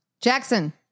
Jackson